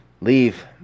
leave